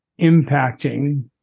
impacting